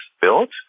built